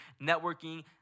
networking